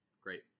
Great